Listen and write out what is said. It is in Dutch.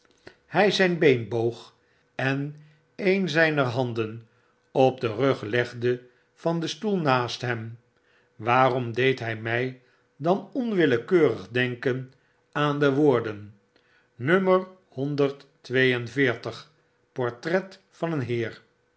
j zyn been boog en een zijner handen op den rug legde van den stoel naast hem waarom deed hy my dan onwillekeurig denken aan de woorden nummer honderd twee en veertig portret van een heer